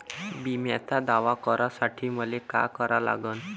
बिम्याचा दावा करा साठी मले का करा लागन?